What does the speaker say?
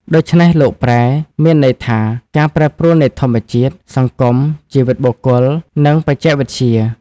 ដូច្នេះ "លោកប្រែ" មានន័យថា ការប្រែប្រួលនៃធម្មជាតិ សង្គម ជីវិតបុគ្គល និងបច្ចេកវិទ្យា។